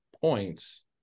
points